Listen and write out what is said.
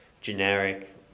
generic